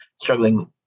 struggling